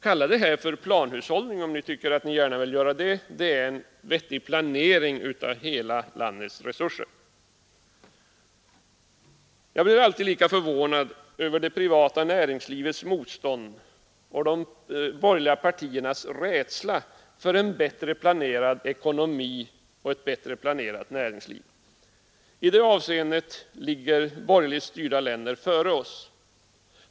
Kalla det för planhushållning om ni gärna vill göra det. Det är fråga om en vettig planering av hela landets resurser. Jag är alltid lika förvånad över det privata näringslivets motstånd mot och de borgerliga partiernas rädsla för en bättre planerad ekonomi och ett bättre planerat näringsliv. I det avseendet ligger borgerligt styrda länder före oss.